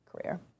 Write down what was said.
career